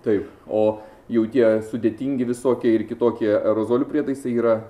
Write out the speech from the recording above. taip o jau tie sudėtingi visokie ir kitokie aerozolių prietaisai yra